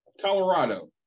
colorado